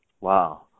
Wow